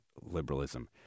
Liberalism